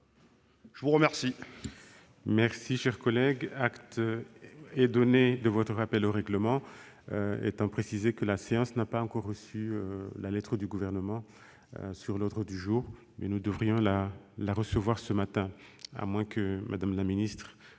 je vous remercie